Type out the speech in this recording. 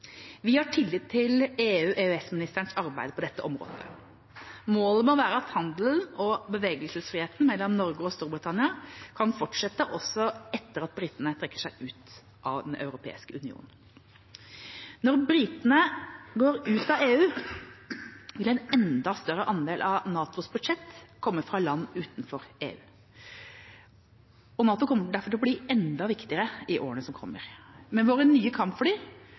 Vi har tillit til EU-/EØS-ministerens arbeid på dette området. Målet må være at handelen og bevegelsesfriheten mellom Norge og Storbritannia kan fortsette også etter at britene trekker seg ut av Den europeiske union. Når britene går ut av EU, vil en enda større andel av NATOs budsjett komme fra land utenfor EU, og NATO kommer derfor til å bli enda viktigere i årene som kommer. Med våre nye kampfly